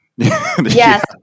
Yes